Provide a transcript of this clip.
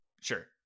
Sure